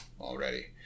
already